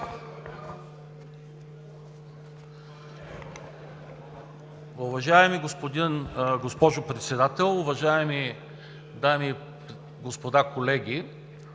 Уважаема госпожо Председател, уважаеми дами и господа колеги!